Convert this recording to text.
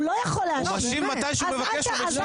הוא ישיב מתי שנבקש ממנו.